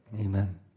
Amen